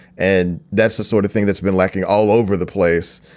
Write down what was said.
and that's the sort of thing that's been lacking all over the place,